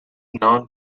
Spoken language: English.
non